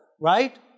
right